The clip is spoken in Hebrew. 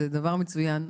זה דבר מצוין,